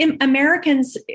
Americans